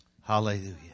Hallelujah